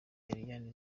eliane